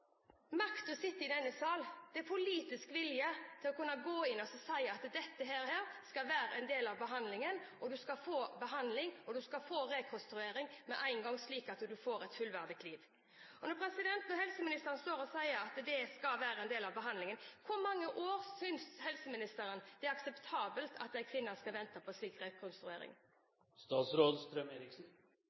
i denne sal. Det er politisk vilje til å kunne gå inn og si at dette skal være en del av behandlingen – du skal få behandling, og du skal få rekonstruering med én gang, slik at du får et fullverdig liv. Når helseministeren sier at det skal være en del av behandlingen, hvor mange år synes helseministeren det er akseptabelt at en kvinne skal vente på